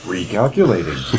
Recalculating